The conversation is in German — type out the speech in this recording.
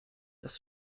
das